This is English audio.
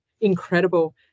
incredible